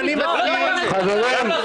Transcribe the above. נלחמנו ואנחנו מנסים למצוא פתרון.